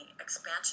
expansion